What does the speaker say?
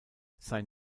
sein